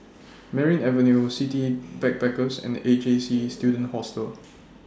Merryn Avenue City Backpackers and A J C Student Hostel